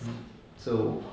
mm so